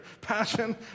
passion